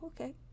okay